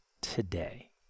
today